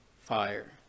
fire